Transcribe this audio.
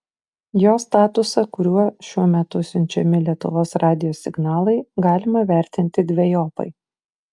jo statusą kuriuo šiuo metu siunčiami lietuvos radijo signalai galima vertinti dvejopai